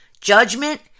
judgment